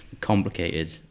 complicated